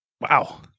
Wow